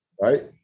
Right